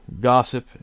gossip